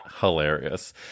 hilarious